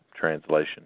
translation